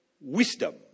wisdom